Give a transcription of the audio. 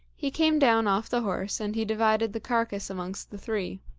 he came down off the horse and he divided the carcass amongst the three.